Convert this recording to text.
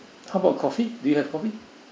how about coffee do you have coffee